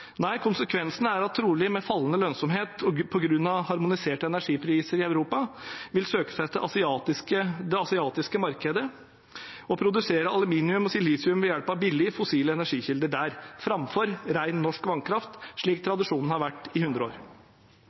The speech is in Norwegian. Nei, konsekvensen er at de trolig med fallende lønnsomhet og på grunn av harmoniserte energipriser i Europa vil søke seg til det asiatiske markedet og produsere aluminium og silisium ved hjelp av billige fossile energikilder der, framfor ren, norsk vannkraft, slik tradisjonen har vært i hundre år.